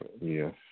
Yes